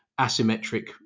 asymmetric